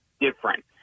different